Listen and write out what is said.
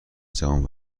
جوان